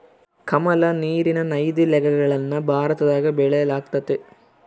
ಕಮಲ, ನೀರಿನ ನೈದಿಲೆಗಳನ್ನ ಭಾರತದಗ ಬೆಳೆಯಲ್ಗತತೆ